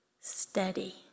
steady